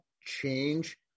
change